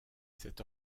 cet